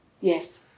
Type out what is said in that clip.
Yes